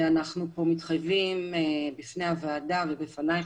אנחנו פה מתחייבים בפני הוועדה ובפנייך,